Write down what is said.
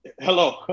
hello